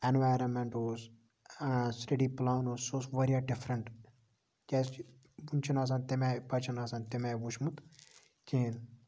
environment اوس study پٔلان اوس سُہ اوس واریاہ ڈِفرَنٹ کیازِ کہِ وُنہِ چھِنہٕ آسان تَمہِ آیہِ بَچَن آسان تَمہِ آیہِ وٕچھمُت کِہیٖنۍ